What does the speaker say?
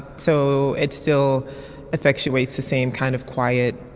so it's still effectuated the same kind of quiet